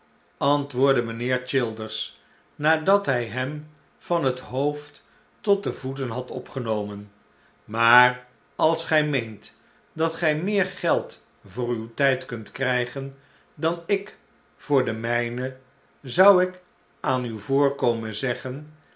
antwoordde mijnheer childers nadat hij hem van het hoofd tot de voeten had opgenomen maar als gij meent dat gij meer geld voor uw tijd kunt krijgen dan ik voor den mijnen zou ik aan uw voorkomen zeggen